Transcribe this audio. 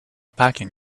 packing